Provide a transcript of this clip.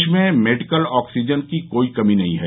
देश में medical oxygen की कोई कमी नहीं है